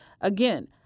again